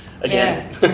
again